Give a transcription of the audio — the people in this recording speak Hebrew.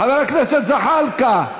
חבר הכנסת זחאלקה.